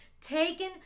taken